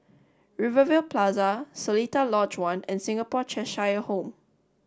Rivervale Plaza Seletar Lodge One and Singapore Cheshire Home